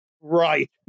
Right